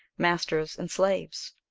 masters and slaves?